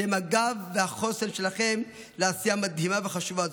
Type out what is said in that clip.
שהם הגב והחוסן שלכם לעשייה מדהימה וחשובה זאת.